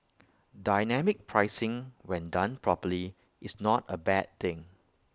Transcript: dynamic pricing when done properly is not A bad thing